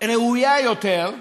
ראויה יותר,